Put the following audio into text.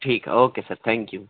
ٹھیک ہے okay sir thank you